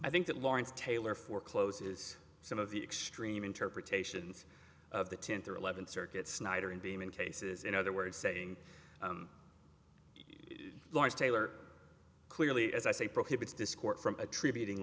i think that lawrence taylor forecloses some of the extreme interpretations of the tenth or eleventh circuit snyder in beeman cases in other words saying lars taylor clearly as i say prohibits discourse from attributing